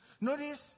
Notice